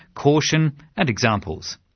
caution and examples.